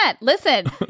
Listen